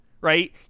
right